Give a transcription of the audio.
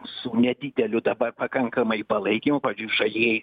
su nedideliu dabar pakankamai palaikymu pavyzdžiui žalieji